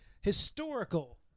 historical